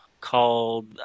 called